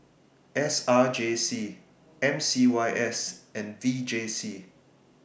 S R J C M C Y S and V J C